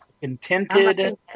contented